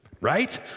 right